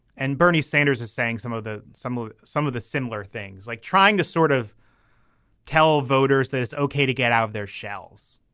and bernie sanders is saying some of the some of some of the similar things like trying to sort of tell voters that it's ok to get out of their shells.